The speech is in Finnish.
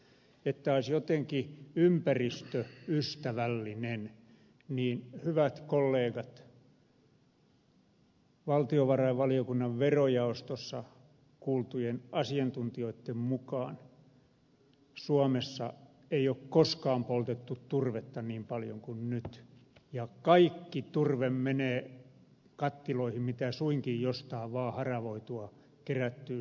siltä osin kun jotkut väittävät että toimenpide olisi jotenkin ympäristöystävällinen hyvät kollegat valtiovarainvaliokunnan verojaostossa kuultujen asiantuntijoitten mukaan suomessa ei ole koskaan poltettu turvetta niin paljon kuin nyt ja kaikki se turve menee kattiloihin mitä suinkin jostain vaan kerättyä saadaan